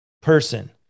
person